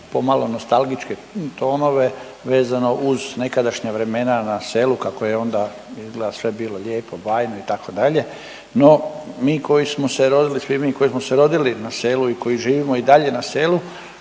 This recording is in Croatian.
pomalo nostalgičke tonove vezano uz nekadašnja vremena na selu, kako je onda, izgleda, sve bilo lijepo, bajno, itd., no mi koji smo se rodili, svi mi koji smo se rodili na selu i koji živimo i dalje na selu,